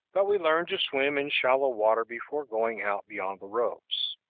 but we learn to swim in shallow water before going out beyond the ropes.